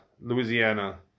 Louisiana